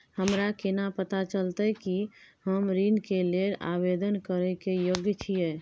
हमरा केना पता चलतई कि हम ऋण के लेल आवेदन करय के योग्य छियै?